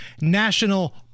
National